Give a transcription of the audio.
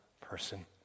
person